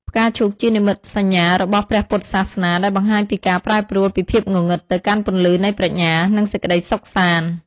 ផ្កាឈូកជានិមិត្តសញ្ញារបស់ ព្រះពុទ្ធសាសនា ដែលបង្ហាញពីការប្រែប្រួលពីភាពងងឹតទៅកាន់ពន្លឺនៃប្រាជ្ញា និងសេចក្ដីសុខសាន្ត។